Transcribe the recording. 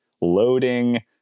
loading